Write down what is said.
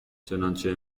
چنانچه